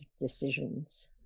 decisions